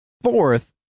Fourth